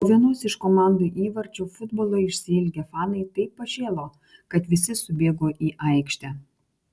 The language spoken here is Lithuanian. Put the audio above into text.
po vienos iš komandų įvarčių futbolo išsiilgę fanai taip pašėlo kad visi subėgo į aikštę